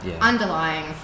underlying